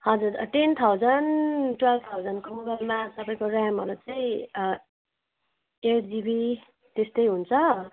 हजुर ten thousand twelve थाउजन्डको मोबाइलमा तपाईँको ऱ्यामहरू चाहिँ एट जिबी त्यस्तै हुन्छ